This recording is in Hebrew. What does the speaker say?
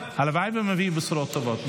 הלוואי שהוא מביא בשורות טובות.